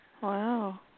Wow